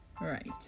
right